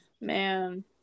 Man